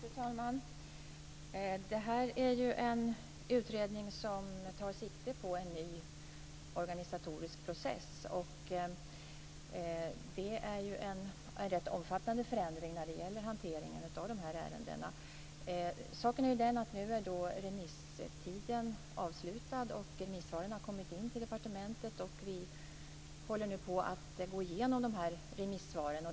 Fru talman! Det här är en utredning som tar sikte på en ny organisatorisk process. Det är en rätt omfattande förändring när det gäller hanteringen av de här ärendena. Saken är den att remisstiden nu är avslutad. Remissvaren har kommit in till departementet och vi håller nu på att gå igenom dem.